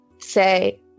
say